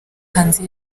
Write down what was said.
hanze